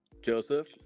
Joseph